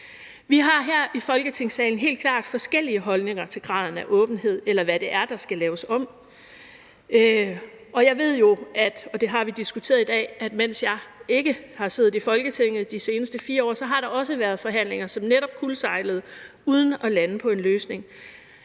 Vi har her i Folketingssalen helt klart forskellige holdninger til graden af åbenhed, eller hvad det er, der skal laves om, og jeg ved jo – det har vi diskuteret i dag – at mens jeg ikke har siddet i Folketinget de seneste 4 år, har der været forhandlinger, som netop kuldsejlede uden at lande på en løsning.